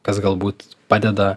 kas galbūt padeda